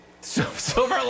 Silver